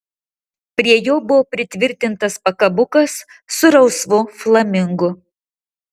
prie jo buvo pritvirtintas pakabukas su rausvu flamingu